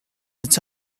its